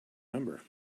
number